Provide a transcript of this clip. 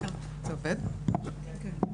בבקשה.